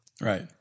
Right